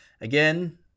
Again